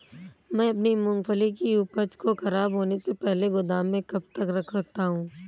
मैं अपनी मूँगफली की उपज को ख़राब होने से पहले गोदाम में कब तक रख सकता हूँ?